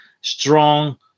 strong